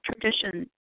tradition